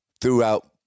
throughout